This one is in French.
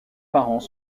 parents